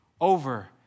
over